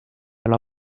alla